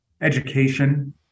education